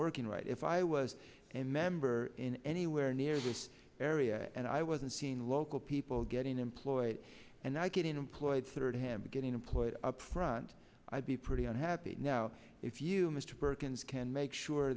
working right if i was and member in anywhere near this area and i wasn't seeing local people getting employed and i getting employed thirdhand getting employed up front i'd be pretty unhappy now if you mr perkins can make sure